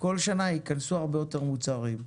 כל שנה ייכנסו הרבה יותר מוצרים.